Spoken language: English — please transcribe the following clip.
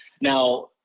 Now